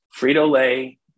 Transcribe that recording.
Frito-Lay